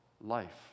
life